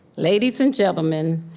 ladies and gentlemen,